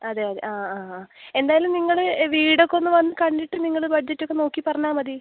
അതെ അതെ ആ ആ ആ എന്തായാലും നിങ്ങൾ വീടൊക്കെ ഒന്ന് വന്ന് കണ്ടിട്ട് നിങ്ങൾ ബഡ്ജറ്റൊക്കെ നോക്കി പറഞ്ഞാൽ മതി